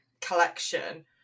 collection